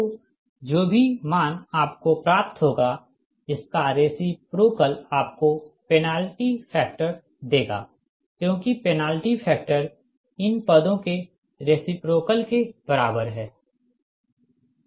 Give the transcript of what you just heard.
तोजो भी मान आपको प्राप्त होगा इसका रेसिप्रोकल आपको पेनाल्टी फैक्टर देगा क्योंकि पेनाल्टी फैक्टर इन पदों के रेसिप्रोकल के बराबर है